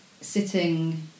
sitting